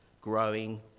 growing